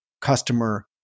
customer